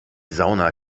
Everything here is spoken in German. sauna